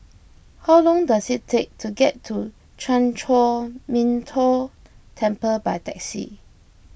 how long does it take to get to Chan Chor Min Tong Temple by taxi